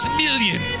million